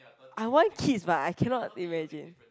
I want kids but I cannot imagine